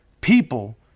people